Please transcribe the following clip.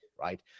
right